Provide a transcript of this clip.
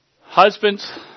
Husbands